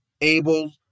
able